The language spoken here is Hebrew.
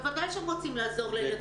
וודאי שהם רוצים לעזור לילדים שלהם.